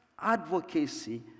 advocacy